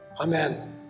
Amen